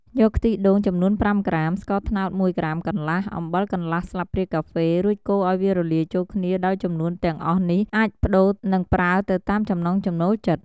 យកខ្ទិះដូង ចំនួន៥ក្រាម ស្ករត្នោត១ក្រាមកន្លះ អំបិលកន្លះស្លាបព្រាកាហ្វេ រួចកូរឱ្យវារលាយចូលគ្នា ដោយចំនួនទាំងអស់នេះអាចប្ដូរនិងប្រើទៅតាមចំណង់ចំណូលចិត្ត។